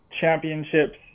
championships